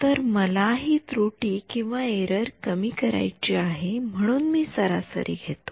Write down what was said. तर मला हि त्रुटीएरर कमी करायची आहे म्हणून मी सरासरी घेतो